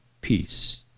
peace